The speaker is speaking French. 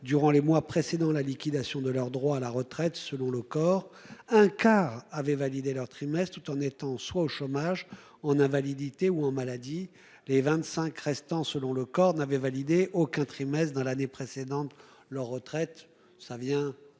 durant les mois précédant la liquidation de leur droit à la retraite selon le corps un quart avait valider leurs trimestres tout en étant soi au chômage en invalidité ou en maladie les 25 restant selon le corps n'avait validé aucun trimestres dans l'année précédente, leur retraite